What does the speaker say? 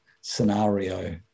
scenario